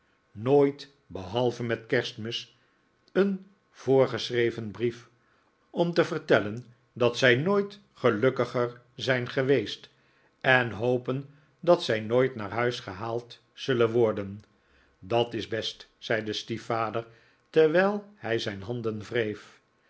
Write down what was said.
nooit behalve met kerstmis een voor geschreven brief om te vertellen dat zij nooit gelukkiger zijn geweest en hopen dat zij nooit naar huis gehaald zullen worden dat is best zei de stiefvader terwijl hij zijn handen